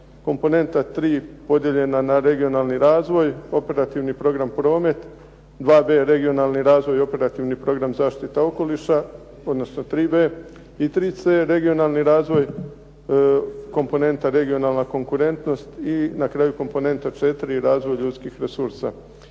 komponenta 3 podijeljena na regionalni razvoj, operativni program promet, 2b regionalni razvoj i operativni program zaštite okoliša odnosno 3b i 3c regionalni razvoj komponenta-regionalna konkurentnost, i na kraju komponenta 4 - razvoj ljudskih resursa.